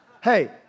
Hey